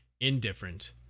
indifferent